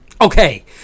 Okay